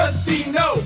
Casino